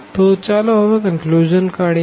તો ચાલો હવે નિષ્કર્ષ કાઢીએ